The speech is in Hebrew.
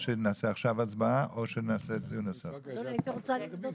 אולי נקבל